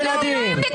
מי נמנע?